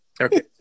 Okay